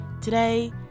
Today